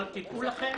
אבל תדעו לכם